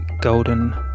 Golden